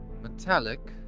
Metallic